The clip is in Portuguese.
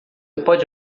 pode